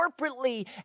corporately